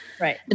Right